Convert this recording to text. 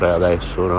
adesso